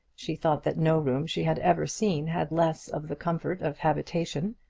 she thought that no room she had ever seen had less of the comfort of habitation.